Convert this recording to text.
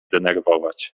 denerwować